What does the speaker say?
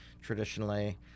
traditionally